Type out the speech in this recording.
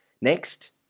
Next